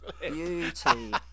Beauty